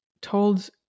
told